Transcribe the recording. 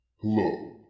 Hello